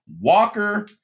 Walker